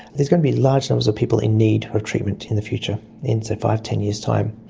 there's going to be large numbers of people in need of treatment in the future in, say, five, ten years time.